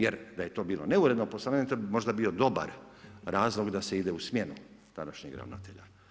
Jer da je to bilo neuredno poslovanje, to bi možda bio dobar razlog da se ide u smjenu tadašnjeg ravnatelja.